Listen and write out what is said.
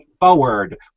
forward